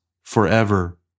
forever